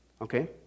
okay